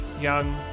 Young